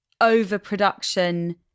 overproduction